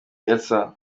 elsa